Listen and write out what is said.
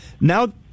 Now